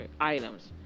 items